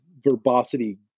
verbosity